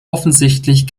offensichtlich